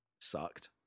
sucked